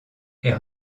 est